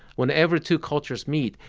whenever two cultures meet,